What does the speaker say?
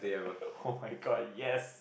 oh my god yes